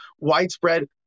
widespread